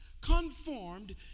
Conformed